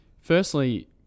Firstly